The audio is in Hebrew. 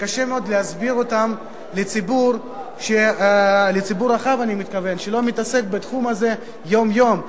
שקשה מאוד להסביר אותם לציבור הרחב שלא מתעסק בתחום הזה יום-יום.